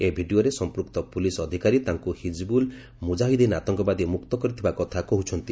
ଏହି ଭିଡ଼ିଓରେ ସଂପୃକ୍ତ ପୁଲିସ୍ ଅଧିକାରୀ ତାଙ୍କୁ ହିଜିବୁଲ୍ ମୁଜାହିଦିନ୍ ଆତଙ୍କବାଦୀ ମୁକ୍ତ କରିଥିବା କଥା କହୁଛନ୍ତି